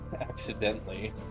accidentally